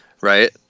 right